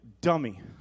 dummy